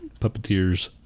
puppeteers